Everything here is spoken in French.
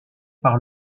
par